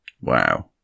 Wow